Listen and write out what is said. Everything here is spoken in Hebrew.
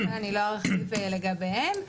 אני לא ארחיב לגביהם.